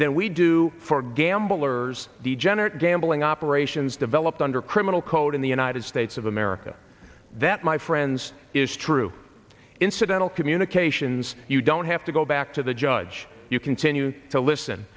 than we do for gamble or the general gambling operations developed under criminal code in the united states of america that my friends is true incidental communications you don't have to go back to the judge you continue to listen